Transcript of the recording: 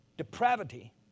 depravity